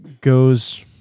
goes